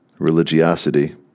religiosity